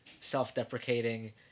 self-deprecating